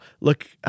look